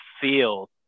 feels